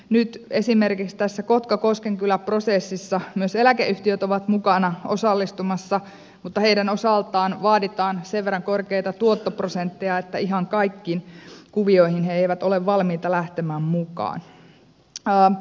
nyt esimerkiksi tässä kotkakoskenkylä prosessissa myös eläkeyhtiöt ovat mukana osallistumassa mutta heidän osaltaan vaaditaan sen verran korkeita tuottoprosentteja että ihan kaikkiin kuvioihin he eivät ole valmiita lähtemään mukaan